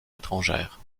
étrangères